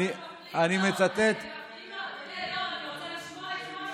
אדוני היו"ר, אני רוצה לשמוע את משה.